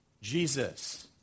Jesus